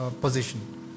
position